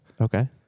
Okay